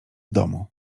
domu